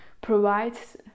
provides